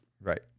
Right